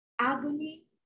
agony